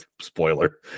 Spoiler